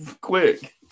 quick